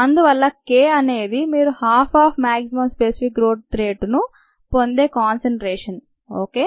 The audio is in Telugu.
అందువల్ల K అనేది మీరు half of maximum specific growth రేటును పొందే కాన్సన్ట్రేషన్ ఒకే